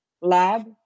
lab